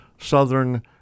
Southern